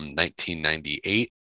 1998